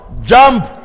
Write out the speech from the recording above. Jump